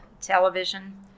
television